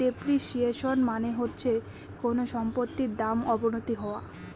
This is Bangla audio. ডেপ্রিসিয়েশন মানে হচ্ছে কোনো সম্পত্তির দাম অবনতি হওয়া